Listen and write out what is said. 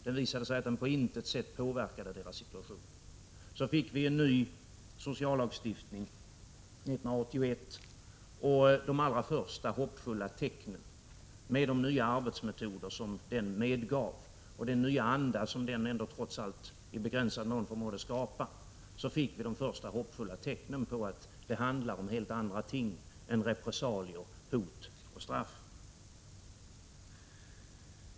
Det visade sig att den på intet sätt påverkade deras situation. Så fick vi en ny sociallagstiftning 1981. Med de nya arbetsmetoder som den medgav och den nya anda som den trots allt i begränsad mån förmådde skapa fick vi de första hoppfulla tecknen på att det handlar om helt andra ting än repressalier, hot och straff.